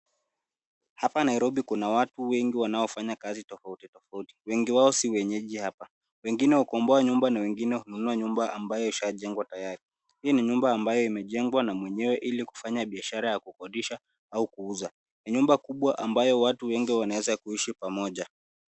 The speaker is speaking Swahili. Hapa Nairobi kuna watu wengi wanao fanya kazi tofauti tofauti. Wengi wao si wenyeji hapa. Wengine hukomboa nyumba na wengine hununua nyumba ambayo ishajengwa tayari. Hii ni nyumba ambayo imejengwa na mwenyewe ili kufanya biashara ya kukodisha au kuuza. Ni nyumba kubwa ambayo watu wengi wanaweza kuishi pamoja.